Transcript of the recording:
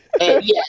Yes